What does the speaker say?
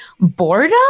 boredom